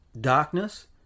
darkness